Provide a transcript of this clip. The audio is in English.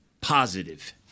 positive